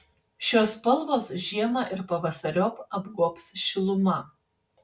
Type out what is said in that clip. šios spalvos žiemą ir pavasariop apgobs šiluma